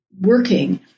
working